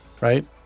Right